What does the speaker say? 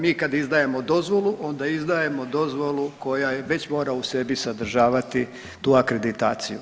Mi kad izdajemo dozvolu onda izdajemo dozvolu koja već mora u sebi sadržavati tu akreditaciju.